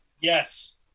Yes